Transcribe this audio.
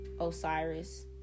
osiris